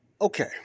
Okay